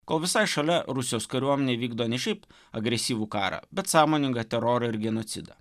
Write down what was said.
kol visai šalia rusijos kariuomenė vykdo ne šiaip agresyvų karą bet sąmoningą terorą ir genocidą